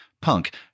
punk